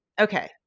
okay